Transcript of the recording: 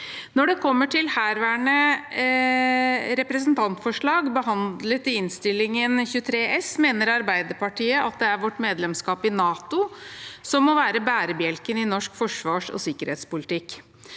Når det gjelder herværende representantforslag, behandlet i Innst. 23 S, mener Arbeiderpartiet at det er vårt medlemskap i NATO som må være bærebjelken i norsk forsvars- og sikkerhetspolitikk.